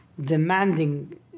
demanding